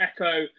echo